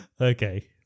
Okay